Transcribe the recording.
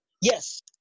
Yes